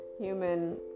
human